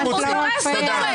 הוא דורס ודורס.